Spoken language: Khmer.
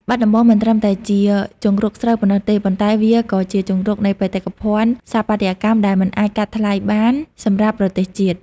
បាត់ដំបងមិនត្រឹមតែជាជង្រុកស្រូវប៉ុណ្ណោះទេ ប៉ុន្តែវាក៏ជាជង្រុកនៃបេតិកភណ្ឌស្ថាបត្យកម្មដែលមិនអាចកាត់ថ្លៃបានសម្រាប់ប្រទេសជាតិ។